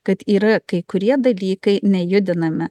kad yra kai kurie dalykai nejudinami